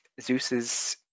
Zeus's